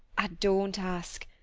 ah, don't ask.